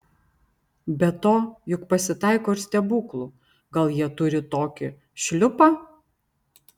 be to juk pasitaiko ir stebuklų gal jie turi tokį šliupą